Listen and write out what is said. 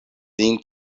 lin